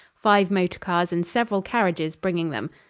five motor cars and several carriages bringing them.